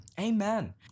Amen